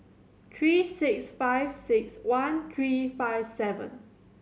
three six five six one three five seven